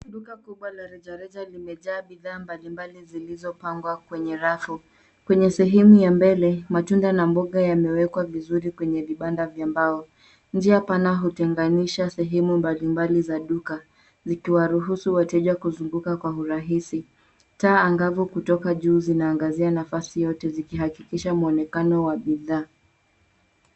Duka kubwa la rejareja limejaa bidhaa mbalimbali zilizopangwa kwenye rafu. Kwenye sehemu ya mbele matunda na mboga yamwekwa vizuri kwenye vibanda vya mbao. Njia pana hutenganisha sehemu mbalimbali za duka zikiwaruhusu wateja kuzunguka kwa urahisi. Taa angavu kutoka juu zinaangazia nafasi yote zikihakikisha mwonekano wa bidhaa.